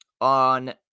on